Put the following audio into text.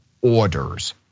orders